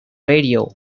radio